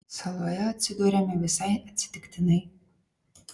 saloje atsidūrėme visai atsitiktinai